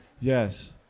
yes